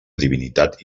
divinitat